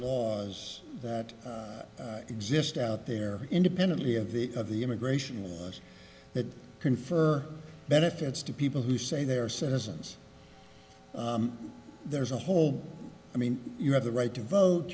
laws that exist out there independently of the of the immigration laws that confer benefits to people who say they are citizens there's a hole i mean you have the right to vote